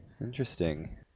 Interesting